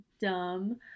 dumb